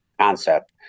concept